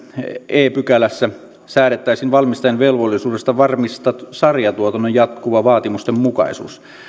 e pykälässä säädettäisiin valmistajan velvollisuudesta varmistaa sarjatuotannon jatkuva vaatimustenmukaisuus